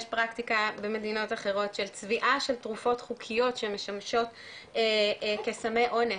יש פרקטיקה במדינות אחרות של צביעה של תרופות חוקיות שמשמשות כסמי אונס,